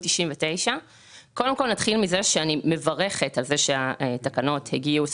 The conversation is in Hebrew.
99. נתחיל מזה שאני מברכת על כך שהתקנות הגיעו,